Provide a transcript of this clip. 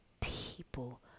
people